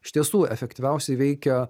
iš tiesų efektyviausiai veikia